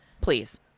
Please